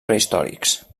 prehistòrics